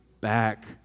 back